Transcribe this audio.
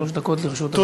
שלוש דקות לרשות אדוני.